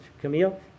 Camille